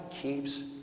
keeps